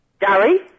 Gary